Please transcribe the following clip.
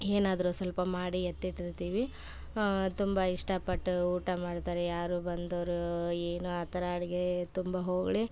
ಏನಾದರು ಸ್ವಲ್ಪ ಮಾಡಿ ಎತ್ತಿಟ್ಟಿರ್ತೀವಿ ತುಂಬ ಇಷ್ಟಪಟ್ಟು ಊಟ ಮಾಡ್ತಾರೆ ಯಾರು ಬಂದವರು ಏನು ಆ ಥರ ಅಡುಗೆ ತುಂಬ ಹೊಗಳಿ